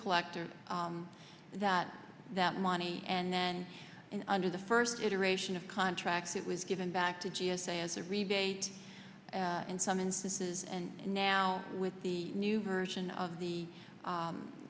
collect or that that money and then in under the first iteration of contracts it was given back to g s a as a rebate in some instances and now with the new version of the